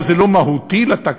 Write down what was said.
מה, זה לא מהותי לתקציב?